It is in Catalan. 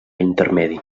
intermedi